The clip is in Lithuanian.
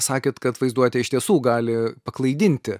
sakėt kad vaizduotė iš tiesų gali paklaidinti